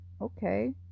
okay